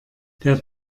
der